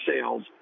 sales